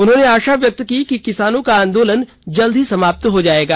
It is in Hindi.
उन्होंने आशा व्यक्त की कि किसानों का आंदोलन जल्द ही समाप्त हो जाएगा